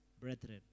brethren